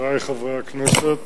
חברי חברי הכנסת,